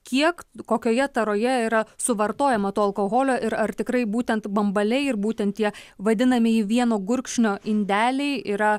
kiek kokioje taroje yra suvartojama to alkoholio ir ar tikrai būtent bambaliai ir būtent tie vadinamieji vieno gurkšnio indeliai yra